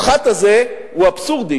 הפחת הזה הוא אבסורדי,